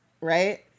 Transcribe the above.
Right